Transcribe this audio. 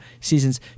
seasons